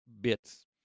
bits